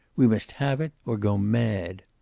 we must have it or go mad.